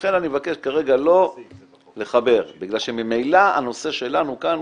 לכן אני מבקש כרגע לא לחבר מכיוון שממילא הנושא שלנו כאן,